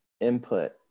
input